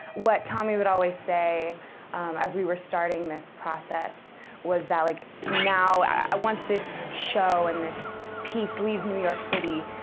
what tommy would always say as we were starting this process was that like now once this show and this piece leaves new york city,